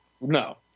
No